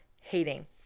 hating